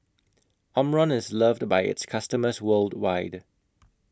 Omron IS loved By its customers worldwide